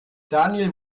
daniel